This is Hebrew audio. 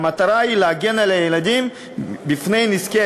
והמטרה היא להגן על הילדים מפני נזקי